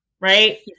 right